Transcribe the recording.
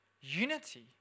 unity